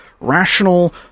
rational